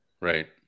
right